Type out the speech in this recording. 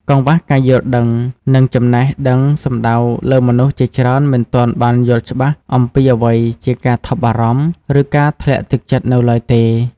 កង្វះការយល់ដឹង និងចំណេះដឹងសំដៅលើមនុស្សជាច្រើនមិនទាន់បានយល់ច្បាស់អំពីអ្វីជាការថប់បារម្ភ ឬការធ្លាក់ទឹកចិត្តនៅឡើយទេ។